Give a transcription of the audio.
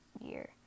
year